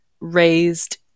raised